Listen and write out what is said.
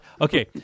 Okay